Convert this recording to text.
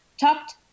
talked